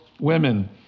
women